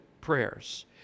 prayers